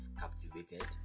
captivated